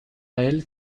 elle